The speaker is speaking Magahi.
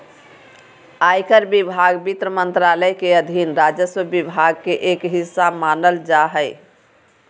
आयकर विभाग वित्त मंत्रालय के अधीन राजस्व विभाग के एक हिस्सा मानल जा हय